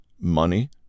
money